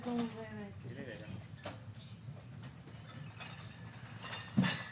אתה מוטרד מכך שבתקן לא תהיה קביעה של שעות נוכחות,